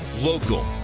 local